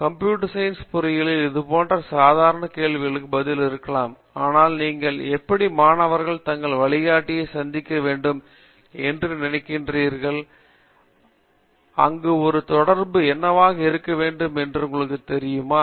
computer science பொறியியலில் இதே போன்ற சாதாரணமான கேள்விக்கு பதில் இருக்கலாம் ஆனால் நீங்கள் எப்படி மாணவர் தங்கள் வழிகாட்டிகளை சந்திக்க வேண்டும் என்று நினைக்கிறீர்கள் அங்கு ஒரு தொடர்பு என்னவாக இருக்க வேண்டும் என்று உங்களுக்குத் தெரியுமா